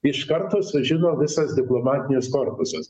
iš karto sužino visas diplomatinis korpusas